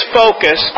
focus